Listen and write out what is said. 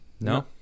No